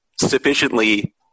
sufficiently